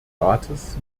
rates